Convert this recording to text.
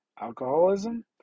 Alcoholism